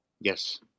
Yes